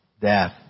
death